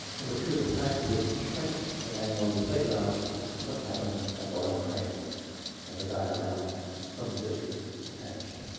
number two. the plans would shrink the magnolia playground, which is what happened at loyal heights. i have a diagram from the district attached.